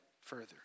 further